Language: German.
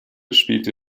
spielte